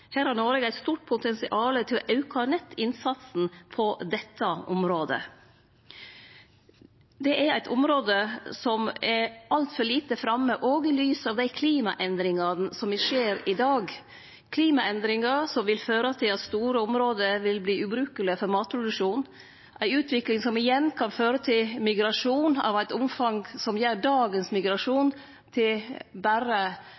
har eit stort potensial i å auke nettopp innsatsen på dette området. Det er eit område som er altfor lite framme, òg i lys av dei klimaendringane me ser i dag – klimaendringar som vil føre til at store område vil verte ubrukelege for matproduksjon, ei utvikling som igjen kan føre til migrasjon av eit omfang som gjer dagens migrasjon til berre